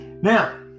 Now